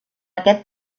aquest